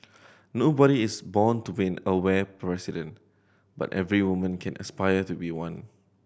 nobody is born to be an aware president but every woman can aspire to be one